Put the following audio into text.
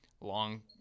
long